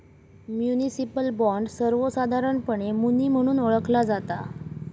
municipal bond, सर्वोसधारणपणे muni म्हणून ओळखला जाता